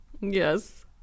Yes